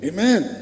Amen